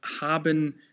haben